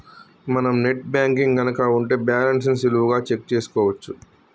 మనం net banking గనక ఉంటే బ్యాలెన్స్ ని సులువుగా చెక్ చేసుకోవచ్చు